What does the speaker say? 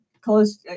close